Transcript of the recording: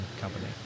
Company